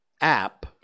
app